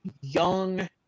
young